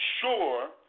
sure